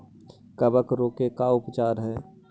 कबक रोग के का उपचार है?